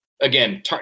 Again